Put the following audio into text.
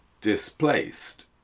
displaced